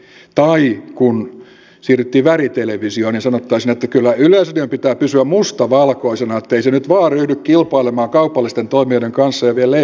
tai kun siirryttiin väritelevisioon oltaisiin sanottu että kyllä yleisradion pitää pysyä mustavalkoisena ettei se nyt vain ryhdy kilpailemaan kaupallisten toimijoiden kanssa ja vie leipää niiden suusta